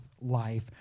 life